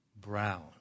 brown